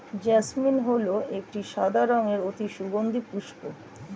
jasmine হল একটি সাদা রঙের অতি সুগন্ধি পুষ্প